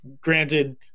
granted